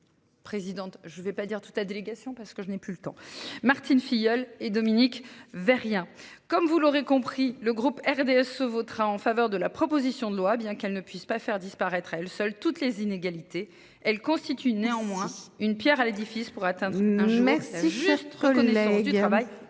Présidente, je ne vais pas dire toute la délégation, parce que je n'ai plus le temps Martine Filleul et Dominique Vérien comme vous l'aurez compris, le groupe RDSE votera en faveur de la proposition de loi, bien qu'elle ne puisse pas faire disparaître à elle seule toutes les inégalités. Elle constitue néanmoins une Pierre à l'édifice pour atteindre une jeunesse. Reconnaissance du travail.